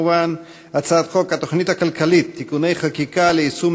הצעת חוק התוכנית הכלכלית (תיקוני חקיקה ליישום